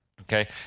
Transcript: okay